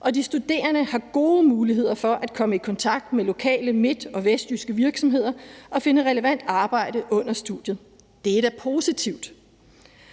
og de studerende har gode muligheder for at komme i kontakt med lokale midt- og vestjyske virksomheder og finde relevant arbejde under studiet. Det er da positivt.